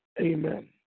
amen